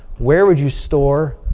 where would you store